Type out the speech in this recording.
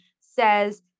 says